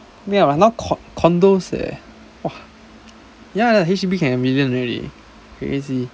ya but now con~ condos leh !wah! ya ya H_D_B can be a million really crazy